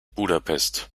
budapest